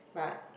but